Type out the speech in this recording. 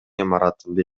имаратында